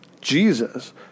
Jesus